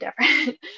different